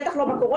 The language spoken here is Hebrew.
בטח לא בקורונה,